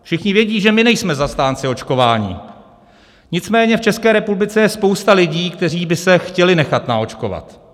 Všichni vědí, že my nejsme zastánci očkování, nicméně v České republice je spousta lidí, kteří by se chtěli nechat naočkovat.